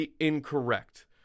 incorrect